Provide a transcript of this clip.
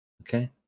Okay